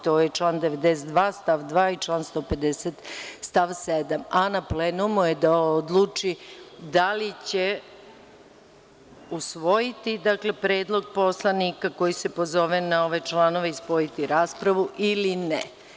To je član 92. stav 2. i član 150. stav 7, a na plenumu je da odluči da li će usvojiti predlog poslanika koji se pozove na ove članove i spojiti raspravu ili ne.